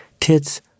tits